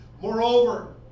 Moreover